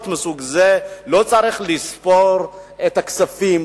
מסוג זה לא צריך לספור את הכספים,